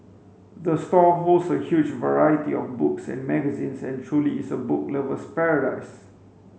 the store holds a huge variety of books and magazines and truly is a book lover's paradise